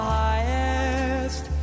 highest